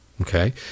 Okay